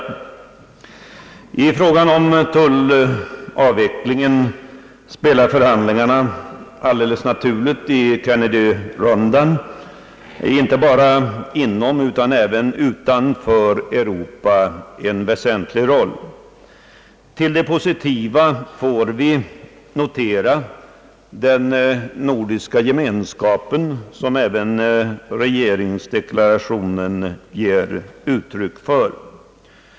I fråga om tullavvecklingen spelar förhandlingarna i Kennedyronden alldeles naturligt en väsentlig roll inte bara inom utan också utanför Europa. Till det positiva får vi notera den nordiska gemenskapen som även regeringsdeklarationen ger uttryck för.